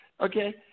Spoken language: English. okay